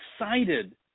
excited